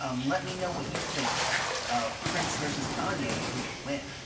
um let me know what you think of prince vs kanye and who would win.